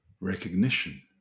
Recognition